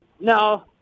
No